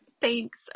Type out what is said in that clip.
Thanks